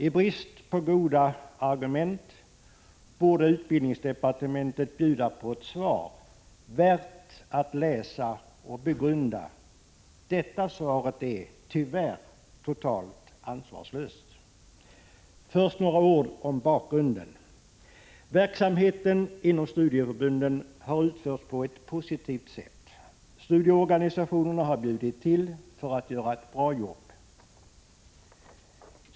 I brist på goda argument borde utbildningsdepartementet bjuda på ett svar värt att läsa och begrunda. Detta svar är tyvärr totalt ansvarslöst. Först några ord om bakgrunden. Verksamheten inom studieförbunden har utförts på ett positivt sätt. Studieorganisationerna har bjudit till för att göra ett bra jobb.